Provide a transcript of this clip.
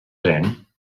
trent